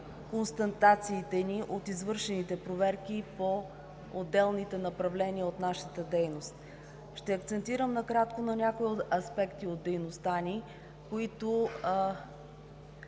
констатациите ни от извършените проверки по отделните направления от нашата дейност. Ще акцентирам накратко на някои аспекти от дейността ни, които